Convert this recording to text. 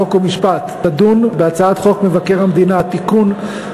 חוק ומשפט תדון בהצעת חוק מבקר המדינה (תיקון,